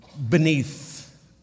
Beneath